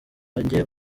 banjye